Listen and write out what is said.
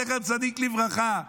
זכר צדיק לברכה,